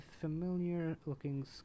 familiar-looking